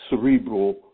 cerebral